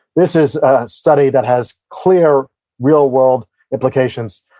this is a study that has clear real world implications.